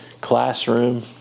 classroom